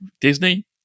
Disney